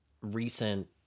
recent